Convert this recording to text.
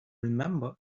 remember